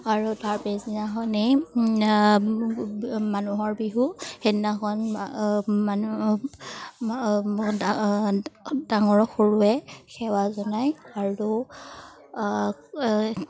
আৰু তাৰ পিছদিনাখনেই মানুহৰ বিহু সেইদিনাখন মানুহ ডাঙৰক সৰুৱে সেৱা জনায় আৰু